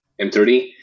m30